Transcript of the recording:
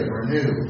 renew